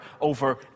over